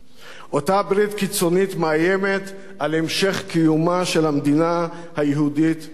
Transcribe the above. אותה ברית קיצונית מאיימת על המשך קיומה של המדינה היהודית והדמוקרטית.